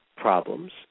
problems